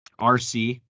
RC